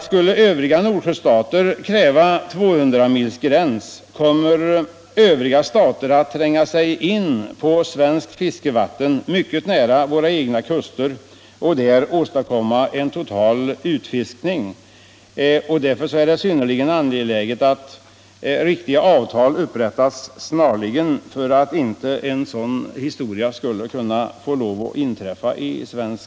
Skulle övriga Nordsjöstater kräva en 200-milsgräns kommer andra stater att tränga in på svenska fiskevatten nära våra kuster och där åstadkomma en total utfiskning. För att undvika detta är det synnerligen angeläget att riktiga avtal snarast upprättas.